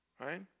right